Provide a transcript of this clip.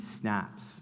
snaps